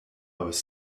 was